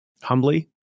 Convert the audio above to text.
humbly